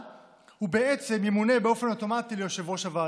ובעצם ימונה באופן אוטומטי ליושב-ראש הוועדה.